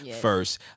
first